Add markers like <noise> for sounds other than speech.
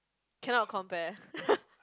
cannot compare <laughs>